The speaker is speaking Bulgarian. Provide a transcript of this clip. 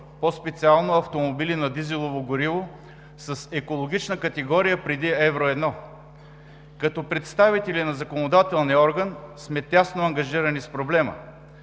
по специално автомобили на дизелово гориво, с екологична категория преди Евро 1. Като представители на законодателния орган сме тясно ангажирани с проблема.